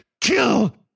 kill